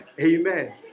Amen